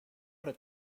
did